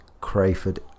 Crayford